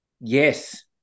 Yes